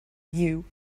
you